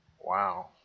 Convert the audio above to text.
Wow